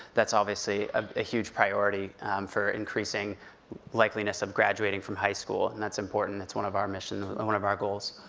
that's obviously a huge priority for increasing likeliness of graduating from high school. and that's important, that's one of our mission, one of our goals.